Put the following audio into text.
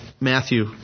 Matthew